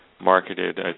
marketed